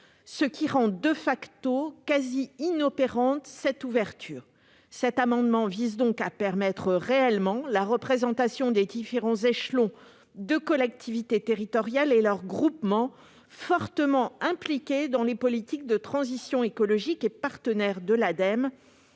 ce qui rend cette ouverture quasi inopérante. Cet amendement vise donc à permettre réellement la représentation des différents échelons des collectivités territoriales et de leurs groupements, qui sont fortement impliqués dans les politiques de transition écologique, et des partenaires de l'Ademe,